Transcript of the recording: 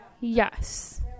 Yes